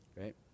right